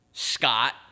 Scott